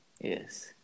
Yes